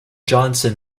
johnson